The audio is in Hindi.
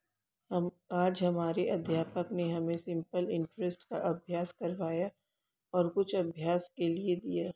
आज हमारे अध्यापक ने हमें सिंपल इंटरेस्ट का अभ्यास करवाया और कुछ अभ्यास के लिए दिया